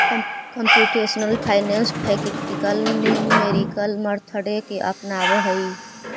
computational finance practical numerical method के अपनावऽ हई